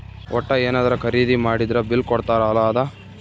ವಟ್ಟ ಯೆನದ್ರ ಖರೀದಿ ಮಾಡಿದ್ರ ಬಿಲ್ ಕೋಡ್ತಾರ ಅಲ ಅದ